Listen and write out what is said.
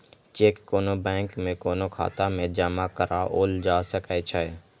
cheque कोनो bank में कोनो खाता मे जमा कराओल जा सकै छै